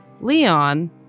Leon